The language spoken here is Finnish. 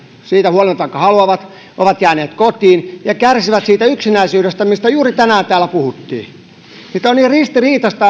siitä huolimatta vaikka haluavat ovat jääneet kotiin ja kärsivät siitä yksinäisyydestä mistä juuri tänään täällä puhuttiin tämä hallituksen toimenpide on niin ristiriitainen